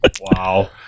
Wow